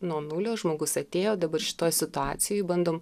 nuo nulio žmogus atėjo dabar šitoj situacijoj bandom